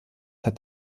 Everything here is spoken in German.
hat